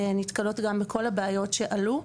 נתקלות גם בכל הבעיות שעלו.